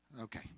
Okay